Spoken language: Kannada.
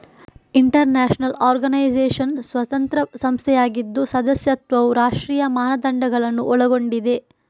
ಇಂಟರ್ ನ್ಯಾಷನಲ್ ಆರ್ಗನೈಜೇಷನ್ ಸ್ವತಂತ್ರ ಸಂಸ್ಥೆಯಾಗಿದ್ದು ಸದಸ್ಯತ್ವವು ರಾಷ್ಟ್ರೀಯ ಮಾನದಂಡಗಳನ್ನು ಒಳಗೊಂಡಿದೆ